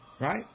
Right